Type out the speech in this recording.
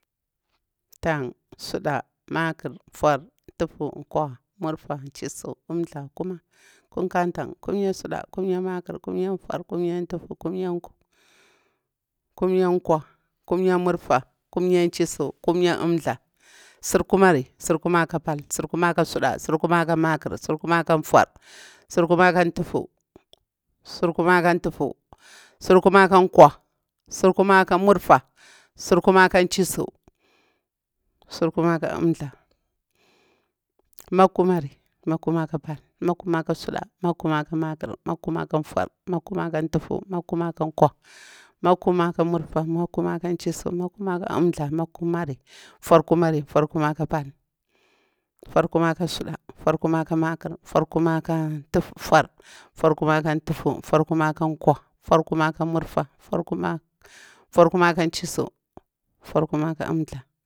Ntan, suɗah, makar, nfur, ndutu, nkwah, nmurfa, nchisiu, umthla kuma. Kunkah ntan, luimiya suɗa, ƙumiya makar, kumiya nfur kumiya ntufu, kurmiya nkwah, kumiya nkwah, kumiya nrfa, kumya nchisiu, kumiya umthlah, tsikumari. Sirkuma ka pal, sirkuma ka sudah, sirkuma ka maƙar, sirkumar ka nfur, silkumar ka ntufu, sirkumar ka ntufu, sirkumar ka nkwah, sirkuma ka nmurfa, sirkuma ka nchusu, sir kumari ka umthah, makumari. Makumah ka pal, makumah ka sudah, makumah makar, makumah ka nfur, makumah ka ntufu, makumar ka nkwa, makumar ka nmurfa, makumar ka, nchisu, makumar ka umthla, makumar nfurkumari, nfurkumar ka pal, furkumarka sudah, furkumar ka makar, furkumar ka tun nfur, furkuma ka ntufu, furkuma ka nkwah, furkumar ƙa nmurfa, furkuma ka nchisu, furkumar umthla.